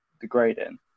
degrading